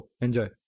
enjoy